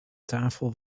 tafel